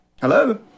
Hello